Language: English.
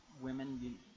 women